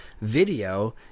video